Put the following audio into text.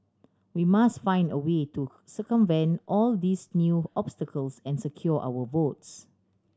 we must find a way to circumvent all these new obstacles and secure our votes